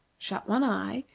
shut one eye,